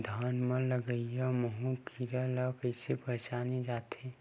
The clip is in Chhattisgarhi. धान म लगईया माहु कीरा ल कइसे पहचाने जाथे?